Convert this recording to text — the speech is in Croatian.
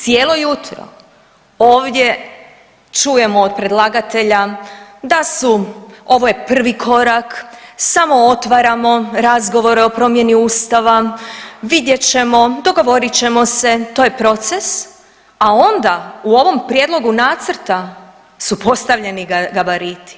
Cijelo jutro ovdje čujemo od predlagatelja da su ovo je prvi korak, samo otvaramo razgovore o promjeni Ustava, vidjet ćemo, dogovorit ćemo se, to je proces, a onda u ovom prijedlogu nacrta su postavljeni gabariti.